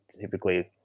typically